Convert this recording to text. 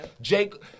Jake